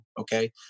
Okay